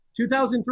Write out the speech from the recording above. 2003